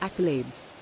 accolades